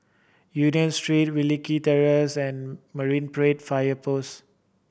Union Street Wilkie Terrace and Marine Parade Fire Post